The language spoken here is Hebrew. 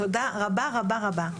תודה רבה רבה.